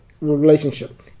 relationship